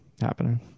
happening